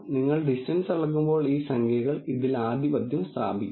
നിങ്ങൾ ഡിസ്റ്റൻസ് അളക്കുമ്പോൾ ഈ സംഖ്യകൾ ഇതിൽ ആധിപത്യം സ്ഥാപിക്കും